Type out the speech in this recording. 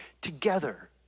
together